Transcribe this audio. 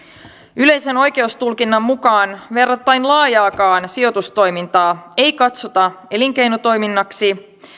yleisen oikeustulkinnan mukaan verrattain laajaakaan sijoitustoimintaa ei katsota elinkeinotoiminnaksi